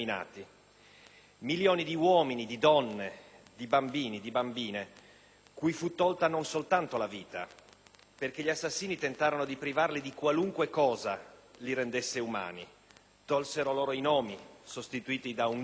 milioni di uomini, di donne, di bambini e bambine cui non fu tolta soltanto la vita? Gli assassini, infatti, tentarono di privarli di qualunque cosa li rendesse umani: tolsero loro i nomi, sostituiti da un numero;